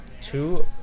two